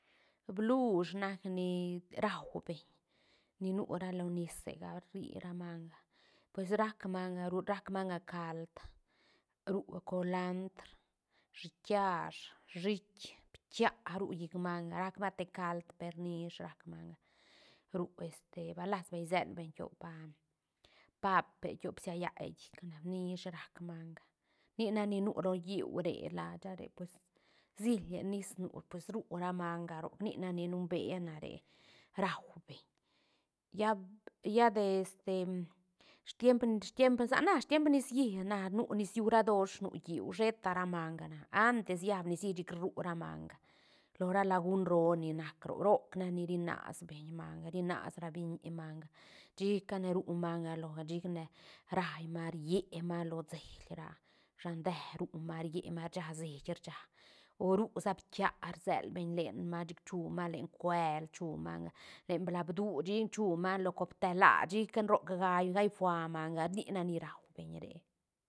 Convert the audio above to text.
Bluush nac ni rau beñ ni nu ra lo nis sega rri ra manga pues rac manga ru rac manga cald ru colanrd, shiit kiash, shiit ptia ru llic manga rac manga te cald per nish rac manga ru este ba las beñ siel beñ tiop a pape tiop bsia yähe llic ne nihs rac manga nic nac ni ru ro lliú re lacha re pues siile nis nu pues ru ra manga roc nic nac ni numbea na re rau beñ ya- ya de este tiemp- tiemp sa na tiemp nicií na nu nis siú ra dosh nu lliú sheta ra manga na antes llaab nicií rru ra manga lo ra lagun roo ni nac roc roc nac ni ri nas beñ manga ri nas ra biñi manga chicane ru manga loga chicane raí manga rié manga lo ceil ra shan dé ru manga rié manga rsha seit rsha o ru sa ptia rselbeñ len manga chic chu manga len cuel chu manga len blab dú chic chu manga lo copte laá chicane roc gaí-gaí fua manga nic nac ni rau beñ re